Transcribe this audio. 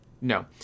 No